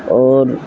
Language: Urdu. اور